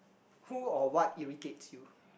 who or what irritates you